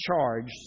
charged